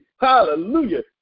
hallelujah